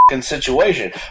Situation